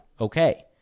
Okay